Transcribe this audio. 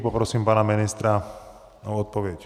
Poprosím pana ministra o odpověď.